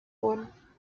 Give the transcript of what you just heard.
wurden